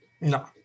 No